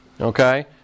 okay